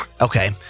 Okay